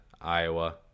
Iowa